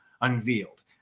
unveiled